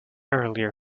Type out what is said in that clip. earlier